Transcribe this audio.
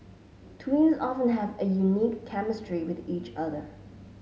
twins often have a unique chemistry with each other